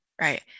right